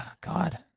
God